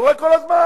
קורה כל הזמן.